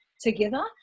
together